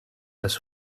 das